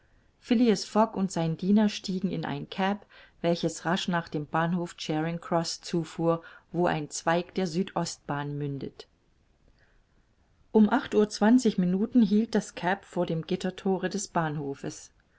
fogg und sein diener stiegen in ein cab welches rasch nach dem bahnhof charing croß zufuhr wo ein zweig der süd ostbahn mündet um acht uhr zwanzig minuten hielt das cab vor dem gitterthore des bahnhofes